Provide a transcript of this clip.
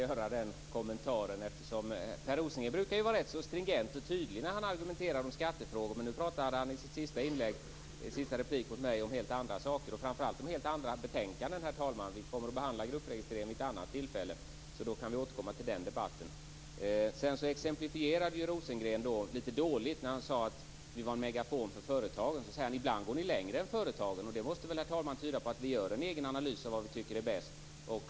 Herr talman! Jag vill bara göra en kommentar. Per Rosengren brukar ju vara rätt stringent och tydlig när han argumenterar om skattefrågor, men i sin sista replik mot mig pratade han om helt andra saker och framför allt om helt andra betänkanden. Vi kommer att behandla gruppregistrering vid ett annat tillfälle, så då kan vi återkomma till den debatten. Rosengren exemplifierade litet dåligt när han talade om att vi är en megafon för företagen. Han sade att vi ibland går längre än företagen. Det måste väl, herr talman, tyda på att vi gör en egen analys av vad vi tycker är bäst.